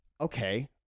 Okay